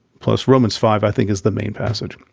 plus romans five, i think, is the main passage.